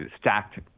stacked